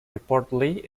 reportedly